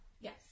Yes